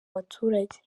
baturage